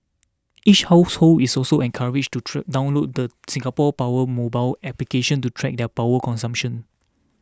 each household is also encouraged to treat download the Singapore Power mobile application to track their power consumption